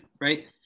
right